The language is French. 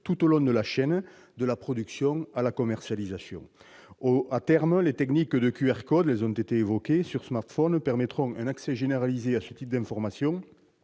tout au long de la chaîne, de la production à la commercialisation. À terme, les techniques de QR code sur smartphone permettront un accès généralisé à ce type d'information,